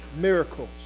miracles